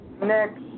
next